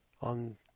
on